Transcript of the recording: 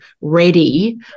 ready